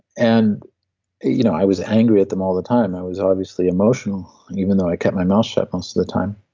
and you know i was angry at them all the time. i was obviously emotional even though i kept my mouth shut most of the time.